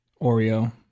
Oreo